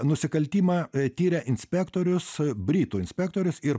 nusikaltimą tiria inspektorius britų inspektorius ir